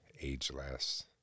ageless